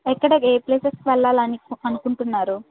ఎక్కడ ఏ ప్లేసెస్కి వెళ్ళాలని అనుకుంటున్నారు